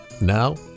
Now